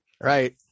Right